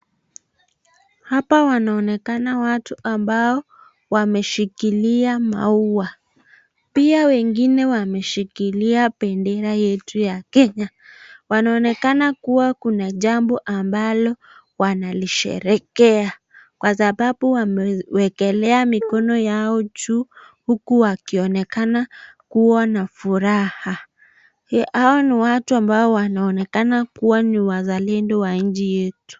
Hapa wanaonekana watu ambao wameshikilia maua pia wengine wameshikilia pendera yetu ya Kenya yanaoneka kuwa Kuna jambo ambalo yanalisherekea Kwa sababu wamewekelea mikono yao juu huku wakioneka kuwa na furaha hawa niwatu ambao kuwa ni wazalendo wa nchi yetu.